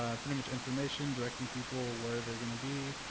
ah um pretty much information directing people where they're gonna be,